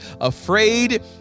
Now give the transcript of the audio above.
afraid